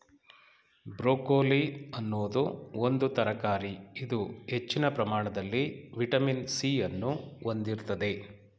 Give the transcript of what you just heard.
broccoli ಅನ್ನೋದು ಒಂದು ತರಕಾರಿ ಇದು ಹೆಚ್ಚಿನ ಪ್ರಮಾಣದಲ್ಲಿ ವಿಟಮಿನ್ ಸಿ ಅನ್ನು ಹೊಂದಿರ್ತದೆ